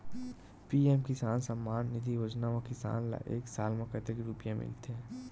PM Kisan Samman Nidhi योजना म किसान ल एक साल म कतेक रुपिया मिलथे?